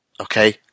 Okay